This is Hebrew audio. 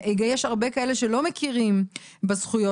יש הרבה כאלה שלא מכירים בזכויות,